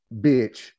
bitch